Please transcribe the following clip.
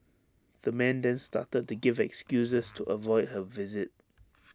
the man then started to give excuses to avoid her visit